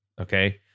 Okay